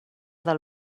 del